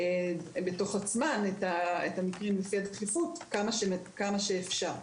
עצמן את המקרים לפי הדחיפות כמה שאפשר.